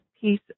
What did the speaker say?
piece